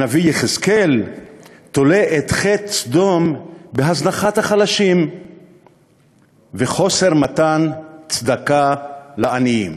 הנביא יחזקאל תולה את חטא סדום בהזנחת החלשים וחוסר מתן צדקה לעניים.